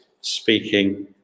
speaking